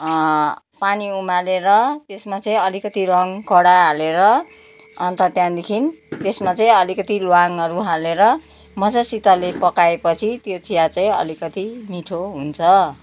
पानी उमालेर त्यसमा चाहिँ अलिकति रङ् कडा हालेर अन्त त्यहाँदेखि त्यसमा चाहिँ अलिकति ल्वाङ्हरू हालेर मजासितले पकाएपछि त्यो चिया चाहिँ अलिकति मिठो हुन्छ